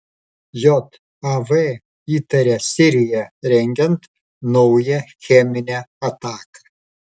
jav įtaria siriją rengiant naują cheminę ataką